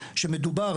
כשמדובר,